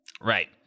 right